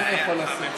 מה אני יכול לעשות?